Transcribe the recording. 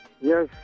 Yes